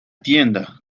tienda